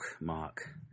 Mark